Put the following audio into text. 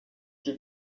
die